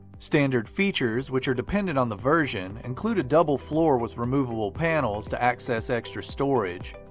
standard features, which are dependent on the version, include a double floor with removable panels to access extra storage,